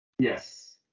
Yes